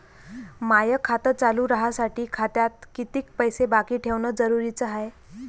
माय खातं चालू राहासाठी खात्यात कितीक पैसे बाकी ठेवणं जरुरीच हाय?